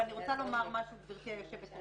אבל אני רוצה לומר משהו, גברתי היושבת-ראש.